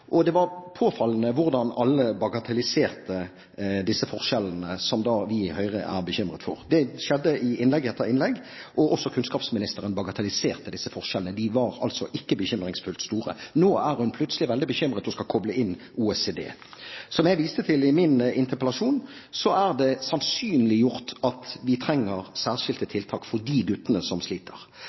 og det var påfallende hvordan alle bagatelliserte disse forskjellene som vi i Høyre er bekymret for. Det skjedde i innlegg etter innlegg, og også kunnskapsministeren bagatelliserte disse forskjellene. De var altså ikke bekymringsfullt store. Nå er hun plutselig veldig bekymret og skal koble inn OECD. Som jeg viste til i min interpellasjon, er det sannsynliggjort at vi trenger særskilte tiltak for de guttene som sliter.